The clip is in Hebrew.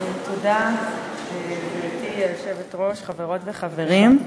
גברתי היושבת-ראש, תודה, חברות וחברים,